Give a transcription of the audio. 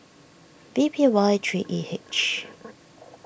V P Y three E H